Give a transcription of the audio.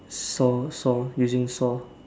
saw saw using saw